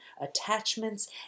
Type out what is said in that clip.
attachments